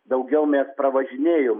daugiau mes pravažinėjom